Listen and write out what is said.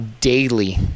daily